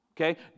Okay